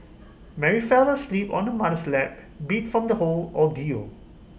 Mary fell asleep on her mother's lap beat from the whole ordeal